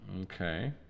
Okay